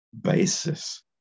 basis